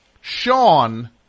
Sean